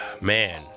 Man